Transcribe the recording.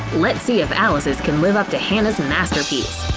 let's see if alice's can live up to hannah's and masterpiece.